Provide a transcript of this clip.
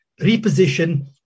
reposition